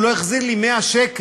הוא לא החזיר לי 100 שקלים,